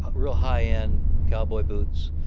real high-end cowboy boots,